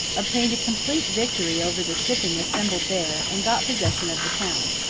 obtained a complete victory over the shipping assembled there, and got possession of the town.